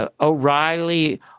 O'Reilly